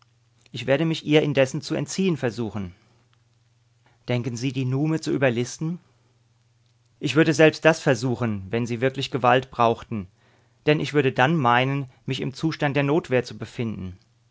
ich werde mich ihr indessen zu entziehen suchen denken sie die nume zu überlisten ich würde selbst das versuchen wenn sie wirklich gewalt brauchten denn ich würde dann meinen mich im zustand der notwehr zu befinden